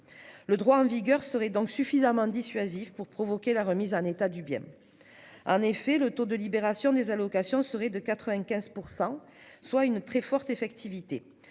Le droit en vigueur serait donc suffisamment dissuasif pour provoquer la remise en état du bien. En effet, le taux de libération des allocations serait de 95 %, soit une très forte effectivité.